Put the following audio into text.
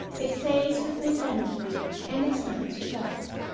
its days with miss emily and its nights with us.